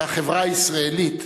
והחברה הישראלית,